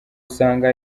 usanga